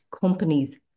companies